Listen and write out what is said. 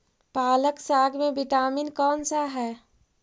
पालक साग में विटामिन कौन सा है?